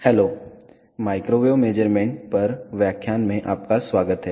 hello microwave measurement पर व्याख्यान में आपका स्वागत है